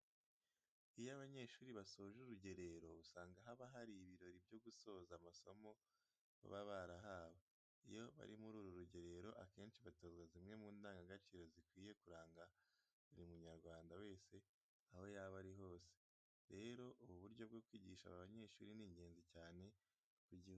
Iyo abanyeshuri basoje urugerero usanga haba ibirori byo gusoza amasomo baba barahawe. Iyo bari muri uru rugerero, akenshi batozwa zimwe mu ndangagaciro zikwiye kuranga buri Munyarwanda wese aho yaba ari hose. Rero ubu buryo bwo kwigisha aba banyeshuri ni ingenzi cyane ku gihugu.